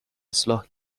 اصلاح